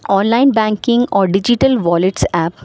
on line banking اور digital wallets app